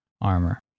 armor